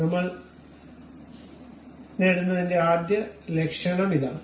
നമ്മൾ നേടുന്നതിന്റെ ആദ്യ ലക്ഷ്യം ഇതാണ്